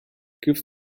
give